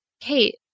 Kate